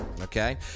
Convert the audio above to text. Okay